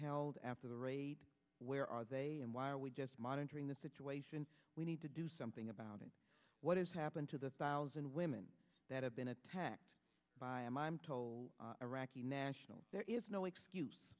held after the raid where are they and why are we just monitoring the situation we need to do something about it what has happened to the thousand women that have been attacked by him i'm told iraqi national there is no excuse